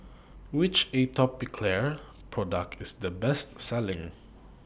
Which Atopiclair Product IS The Best Selling